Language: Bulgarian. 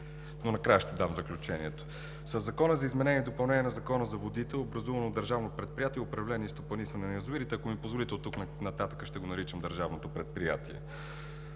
– накрая ще дам заключението. Със Закона за изменение и допълнение на Закона за водите е образувано Държавно предприятие „Управление и стопанисване на язовирите“. Ако ми позволите, оттук нататък ще го наричам Държавното предприятие.